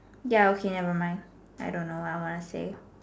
ya okay never mind I don't know what I want to say